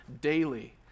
daily